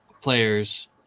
players